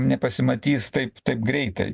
nepasimatys taip greitai